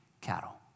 cattle